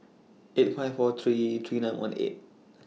eight five four three three nine one eight